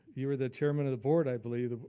you were the chairman of the board, i believe,